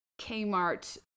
Kmart